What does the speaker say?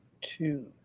two